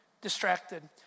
distracted